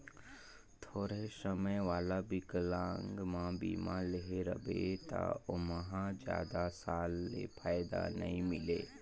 थोरहें समय वाला विकलांगमा बीमा लेहे रहबे त ओमहा जादा साल ले फायदा नई मिले